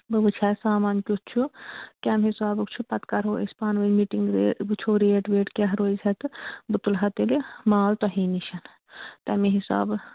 بہٕ وٕچھِ ہا سامان کیُتھ چھُ کَمہِ حِسابُک چھُ پَتہٕ کَرہو أسۍ پانہٕ ؤنۍ مِٹِنٛگ وٕچھو ریٹ ویٹ کیٛاہ روزِ ہا تہٕ بہٕ تُلہٕ ہا تیٚلہِ مال تُہی نِش تَمی حِسابہٕ